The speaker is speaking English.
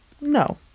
No